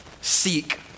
seek